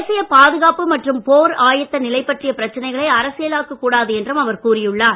தேசிய பாதுகாப்பு மற்றும் போர் ஆயத்த நிலை பற்றிய பிரச்னைகளை அரசியலாக்க கூடாது என்றும் அவர் கூறியுள்ளார்